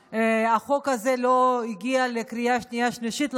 החוק הזה לא הגיע לקריאה שנייה ושלישית,